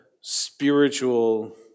spiritual